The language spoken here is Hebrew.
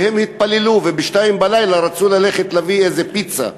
והם התפללו, וב-02:00 רצו ללכת להביא איזו פיצה.